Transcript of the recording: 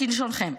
כלשונכם.